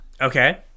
Okay